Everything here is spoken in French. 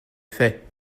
fait